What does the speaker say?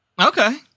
Okay